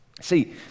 See